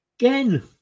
again